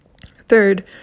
Third